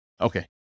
Okay